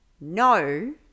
no